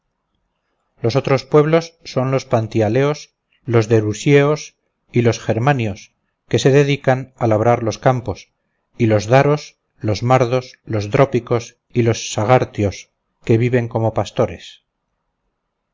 los otros pueblos son los panthialeos los derusieos y los germanios que se dedican a labrar los campos y los daros los mardos los drópicos y los sagartios que viven como pastores